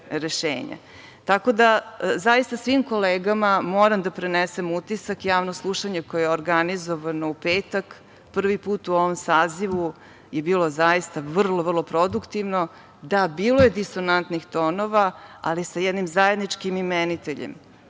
da zaista svim kolegama moram da prenesem utisak, javnog slušanja koje je organizovano u petak, prvi put u ovom sazivu i bilo je zaista vrlo, vrlo produktivno. Da, bilo je disonantnih tonova, ali sa jednim zajedničkim imeniteljem,